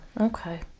okay